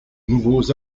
nouveaux